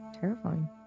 terrifying